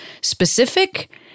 specific